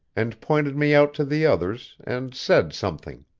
and pointed me out to the others, and said something.